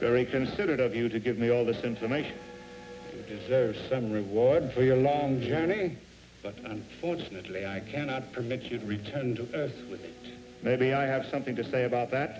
very considerate of you to give me all this information some reward for your long journey but unfortunately i cannot permit you to return to maybe i have something to say about that